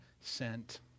sent